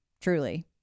truly